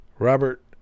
Robert